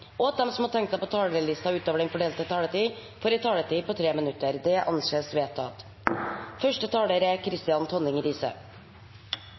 og at de som måtte tegne seg på talerlisten utover den fordelte taletid, får en taletid på inntil 3 minutter. – Det anses vedtatt. La meg først understreke at regjeringspartiene er